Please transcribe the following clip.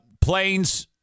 Planes